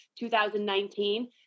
2019